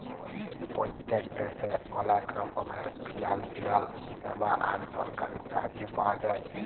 পত্তেক দ্যাশে অলেক রকমের ফিলালসিয়াল স্যাবা আর সরকারি সাহায্য পাওয়া যায়